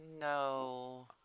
no